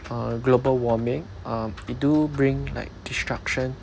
uh global warming uh do bring like destruction